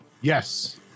Yes